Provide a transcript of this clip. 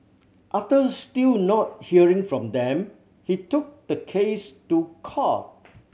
after still not hearing from them he took the case to court